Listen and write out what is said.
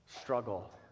struggle